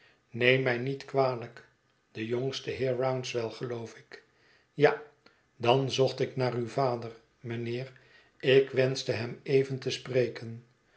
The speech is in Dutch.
neem mij niet kwalijk de jongste heer rouncewell geloof ik ja dan zocht ik naar uw vader mijnheer ik wenschte hem even te spreken